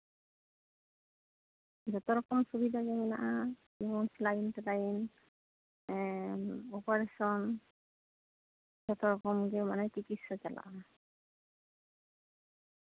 ᱡᱚᱛᱚ ᱨᱚᱠᱚᱢ ᱥᱩᱵᱤᱫᱷᱟ ᱜᱮ ᱢᱮᱱᱟᱜᱼᱟ ᱡᱮᱢᱚᱱ ᱥᱮᱞᱟᱭᱤᱱ ᱴᱮᱞᱟᱭᱤᱱ ᱮᱸᱻ ᱚᱯᱟᱨᱮᱥᱚᱱ ᱡᱚᱛᱚ ᱨᱚᱠᱚᱢᱜᱮ ᱢᱟᱱᱮ ᱪᱤᱠᱤᱪᱪᱷᱟ ᱪᱟᱞᱟᱜᱼᱟ